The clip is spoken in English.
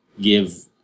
give